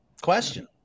Question